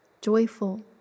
joyful